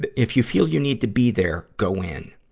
but if you feel you need to be there, go in.